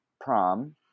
prom